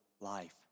life